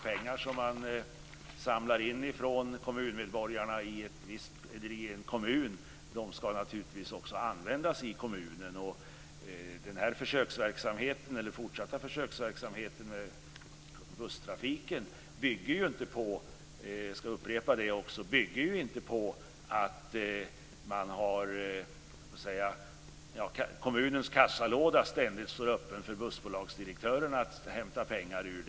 Pengar som man samlar in från kommunmedborgarna i en kommun ska naturligtvis också användas i kommunen. Den fortsatta försöksverksamheten med busstrafiken bygger inte på - jag ska upprepa det - att kommunens kassalåda ständigt står öppen för bussbolagsdirektörerna att hämta pengar ur.